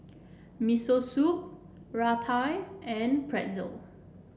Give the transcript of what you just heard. Miso Soup Raita and Pretzel